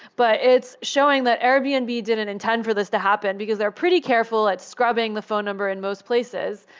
but it's showing that airbnb didn't intend for this to happen, because they are pretty careful at scrubbing the phone number in most places.